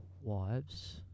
wives